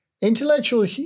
Intellectual